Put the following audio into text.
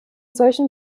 solchen